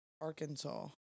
Arkansas